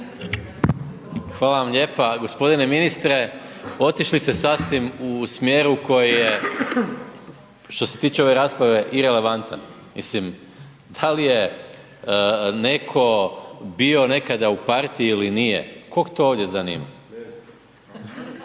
Hvala vam lijepa. Gospodine ministre, otišli ste sasvim u smjeru koji je što se tiče ove rasprave irelevantan. Mislim da li je neko bio nekada u partiji ili nije, kog to ovdje zanima?